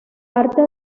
parte